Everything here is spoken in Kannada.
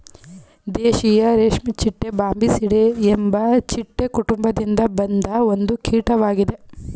ದೇಶೀಯ ರೇಷ್ಮೆಚಿಟ್ಟೆ ಬಾಂಬಿಸಿಡೆ ಎಂಬ ಚಿಟ್ಟೆ ಕುಟುಂಬದಿಂದ ಬಂದ ಒಂದು ಕೀಟ್ವಾಗಿದೆ